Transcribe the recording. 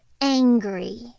angry